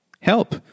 Help